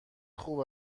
خوب